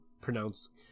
pronounce